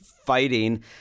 Fighting